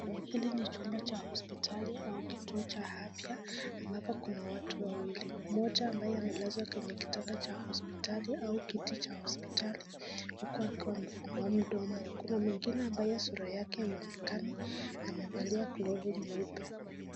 Hili ni chumba cha hospitali au kituo cha afya, ambapo kuna watu wawili. Mmoja ambaye amelazwa kwenye kitanda cha hospitali au kiti cha hospitali, huku akiwa amefungua mdomo. Kuna mwingine ambaye sura yake haionekani, amevaa glovu nyeupe.